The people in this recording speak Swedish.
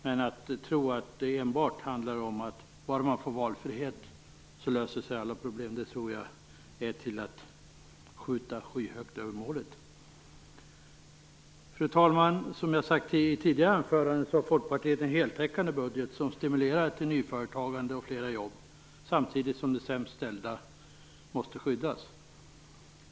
Men att tro att alla problem löser sig bara vi får valfrihet tror jag är att skjuta skyhögt över målet. Fru talman! Som jag har sagt tidigare i ett tidigare anförande har folkpartiet en heltäckande budget som stimulerar till nyföretagande och flera jobb, samtidigt som de sämst ställda måste skyddas.